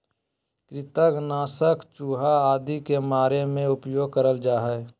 कृंतक नाशक चूहा आदि के मारे मे उपयोग करल जा हल